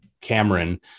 Cameron